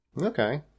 Okay